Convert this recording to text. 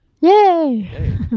Yay